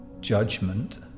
judgment